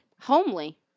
Homely